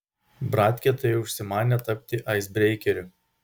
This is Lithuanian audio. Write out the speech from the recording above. bratkė tai užsimanė tapti aisbreikeriu